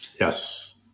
Yes